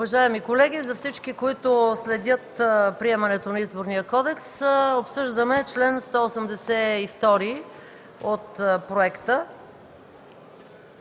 Уважаеми колеги, за всички, които следят приемането на Изборния кодекс, обсъждаме чл. 182 от проекта.